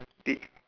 tick